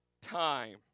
time